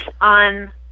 on